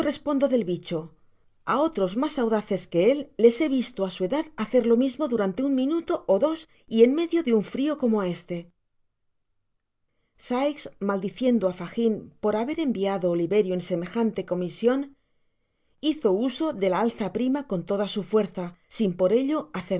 respondo del j vicho a otros mas audaces que él les he visto á su edad hacer lo mismo durante un minuto ó dos y en médio de un frio como este sikes maldiciendo áfagin por haber enviado oliverio en semejante comision hizo uso de la alza prima con toda su fuerza sin por ello